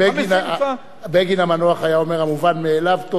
בגין המנוח היה אומר: המובן מאליו טוב שייאמר.